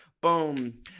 boom